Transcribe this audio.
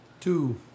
Two